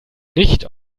nicht